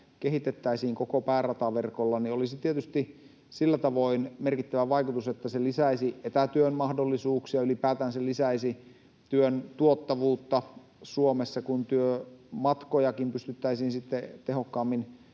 kehitettäisiin koko päärataverkolla, olisi tietysti sillä tavoin merkittävä vaikutus, että se lisäisi etätyön mahdollisuuksia, ylipäätään se lisäisi työn tuottavuutta Suomessa, kun työmatkojakin pystyttäisiin sitten tehokkaammin